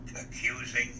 accusing